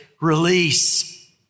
release